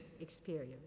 experience